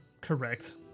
correct